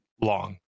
long